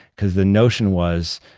because the notion was,